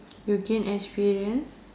you gain experience